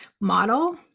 model